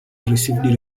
received